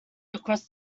across